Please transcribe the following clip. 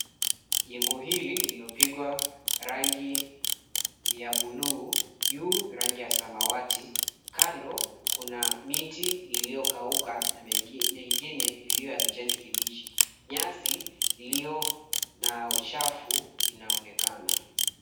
Jengo hili lililopigwa rangi ya buluu, juu rangi ya samawati. Kando kuna miti iliyokauka na mengine iliyo ya kijani kibichi. Nyasi iliyo na uchafu inaonekana.